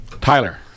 tyler